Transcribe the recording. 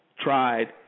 tried